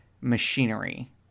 machinery